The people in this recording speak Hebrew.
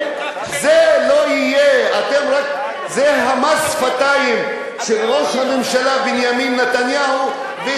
זה מס השפתיים של ראש הממשלה בנימין נתניהו.